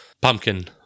Pumpkin